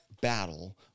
battle